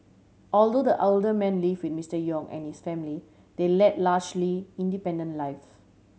although the older man live with Mister Yong and his family they led largely independent lives